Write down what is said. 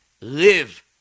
live